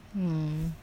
hmm